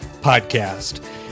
Podcast